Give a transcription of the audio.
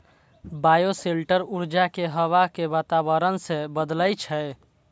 bioshelter ऊर्जा कें हवा के वातावरण सं बदलै छै